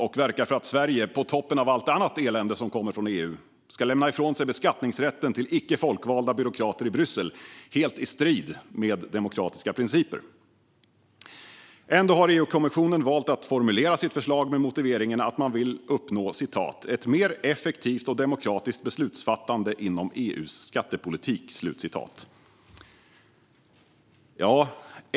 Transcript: De verkar för att Sverige - på toppen av allt annat elände som kommer från EU - ska lämna ifrån sig beskattningsrätten till icke folkvalda byråkrater i Bryssel, helt i strid med demokratiska principer. Ändå har EU-kommissionen valt att formulera sitt förslag med motiveringen att man vill uppnå "ett mer effektivt och demokratiskt beslutsfattande inom EU:s skattepolitik".